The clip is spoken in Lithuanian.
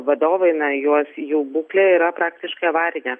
vadovai na juos jų būklė yra praktiškai avarinė